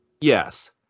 Yes